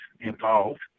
involved